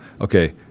Okay